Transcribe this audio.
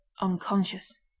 unconscious